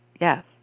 Yes